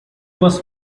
was